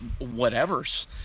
whatevers